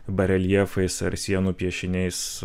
bareljefais ar sienų piešiniais